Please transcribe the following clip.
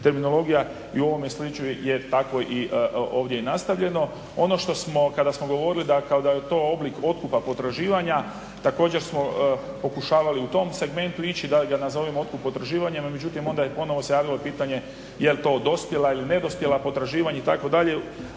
terminologija i u ovome slučaju je tako i ovdje nastavljeno. Ono što smo kada smo govorili da kada je to oblik otkupa potraživanja, također smo pokušavali u tom segmentu ići da ga nazovemo otkup potraživanja, no međutim onda je ponovo se javilo pitanje je li to dospjela ili nedospjela potraživanja, itd., da ne